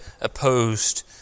opposed